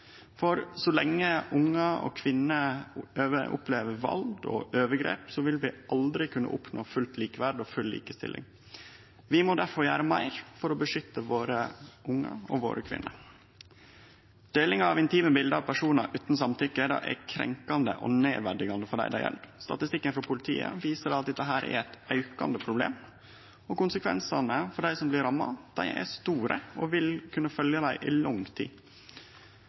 for så lenge ungar og kvinner opplever vald og overgrep, vil vi aldri kunne oppnå fullt likeverd og full likestilling. Vi må difor gjere meir for å beskytte ungane våre og kvinnene våre. Deling av intime bilde av personar, som ikkje har gjeve samtykke, er krenkande og nedverdigande for dei det gjeld. Statistikken frå politiet viser at dette er eit aukande problem. Konsekvensane for dei som blir ramma, er store og vil kunne følgje dei i lang tid.